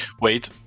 Wait